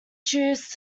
choose